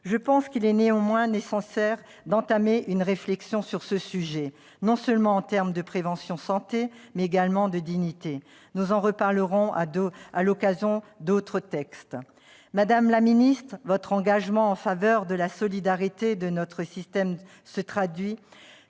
Je pense néanmoins qu'il est nécessaire d'entamer une réflexion sur ce sujet, en termes non seulement de prévention en matière de santé, mais également de dignité. Nous en reparlerons à l'occasion d'autres textes. Madame la ministre, votre engagement en faveur de la solidarité de notre système se traduit